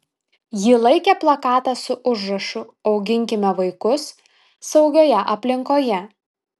ji laikė plakatą su užrašu auginkime vaikus saugioje aplinkoje